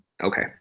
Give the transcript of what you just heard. Okay